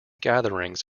gatherings